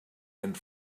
and